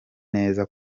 neza